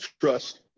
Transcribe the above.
trust